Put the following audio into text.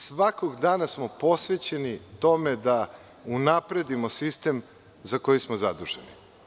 Svakog dana smo posvećeni tome da unapredimo sistem za koji smo zaduženi.